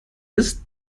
ist